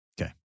Okay